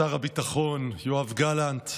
שר הביטחון יואב גלנט,